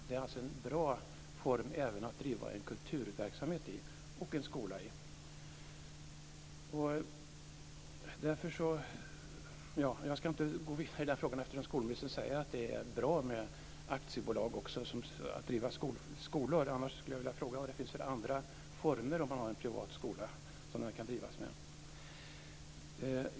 Det är alltså en bra form även att driva en kulturverksamhet och en skola i. Jag ska inte gå vidare i den frågan, eftersom skolministern säger att det är bra att driva skolor som aktiebolag. Annars skulle jag vilja fråga i vilka andra former som en privat skola kan drivas.